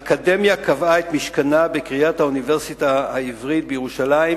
האקדמיה קבעה את משכנה בקריית האוניברסיטה העברית בירושלים,